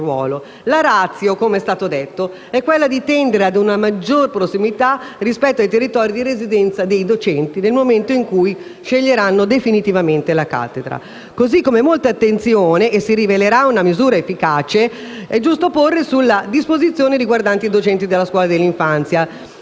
La *ratio* - come è stato detto - è tendere alla maggiore prossimità rispetto ai territori di residenza dei docenti, nel momento in cui sceglieranno definitivamente la cattedra. Così come molta attenzione - e si rivelerà una misura efficace - è giusto porre sulle disposizioni riguardanti i docenti della scuola dell'infanzia,